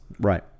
Right